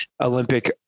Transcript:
Olympic